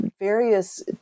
various